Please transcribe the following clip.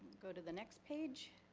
go to the next page.